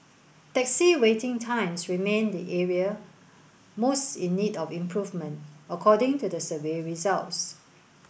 taxi waiting times remained the area most in need of improvement according to the survey results